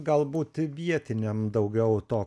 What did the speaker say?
gal būti vietiniam daugiau to